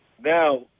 now